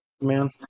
man